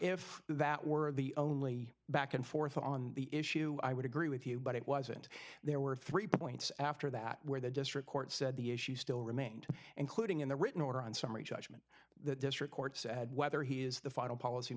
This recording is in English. if that were the only back and forth on the issue i would agree with you but it wasn't there were three points after that where the district court said the issue still remained including in the written order on summary judgment the district court said whether he is the final policy